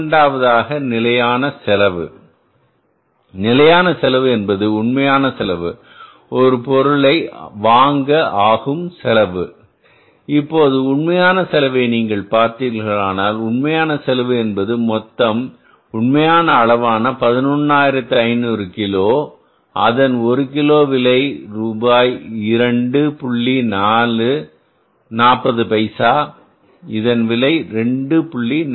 இரண்டாவதாக நிலையான செலவு நிலையான செலவு என்பது உண்மையான செலவு ஒரு பொருளை வாங்க ஆகும் செலவு இப்போது உண்மையான செலவை நீங்கள் பார்த்தீர்களானால் உண்மையான செலவு என்பது மொத்தம் உண்மையான அளவான 11500 கிலோ அதன் ஒரு கிலோ விலை இரண்டு ரூபாய் 40 பைசா இதன் விலை 2